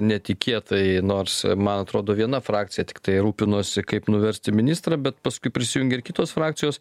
netikėtai nors man atrodo viena frakcija tiktai rūpinosi kaip nuversti ministrą bet paskui prisijungė ir kitos frakcijos